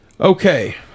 Okay